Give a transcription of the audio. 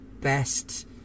best